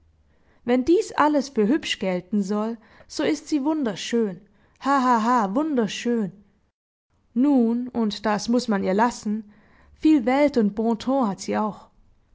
wenn dies alles für hübsch gelten soll so ist sie wunderschön ha ha ha wunderschön nun und das muß man ihr lassen viel welt und bon ton hat sie auch